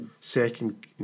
second